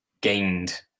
gained